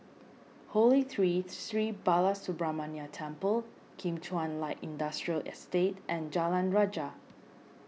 Holy Tree Sri Balasubramaniar Temple Kim Chuan Light Industrial Estate and Jalan Rajah